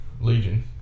Legion